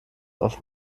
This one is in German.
auf